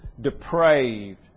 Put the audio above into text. depraved